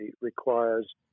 requires